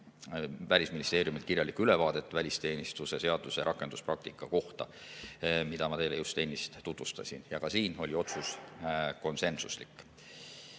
Välisministeeriumilt kirjalikku ülevaadet välisteenistuse seaduse rakenduspraktika kohta, mida ma teile just ennist tutvustasin. Ka siin oli otsus konsensuslik.